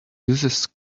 uses